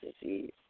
disease